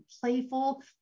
playful